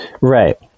Right